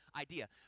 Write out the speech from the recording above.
idea